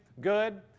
good